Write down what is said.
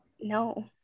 No